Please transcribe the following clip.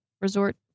Resort